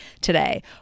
today